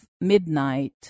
midnight